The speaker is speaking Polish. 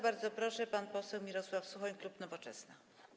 Bardzo proszę, pan poseł Mirosław Suchoń, klub Nowoczesna.